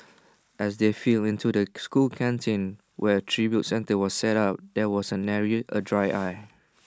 as they filed into the school canteen where A tribute centre was set up there was A nary A dry eye